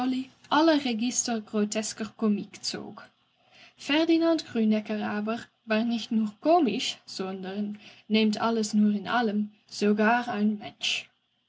alle register grotesker komik zog ferdinand grünecker aber war nicht nur komisch sondern nehmt alles nur in allem sogar ein mensch